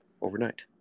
overnight